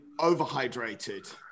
overhydrated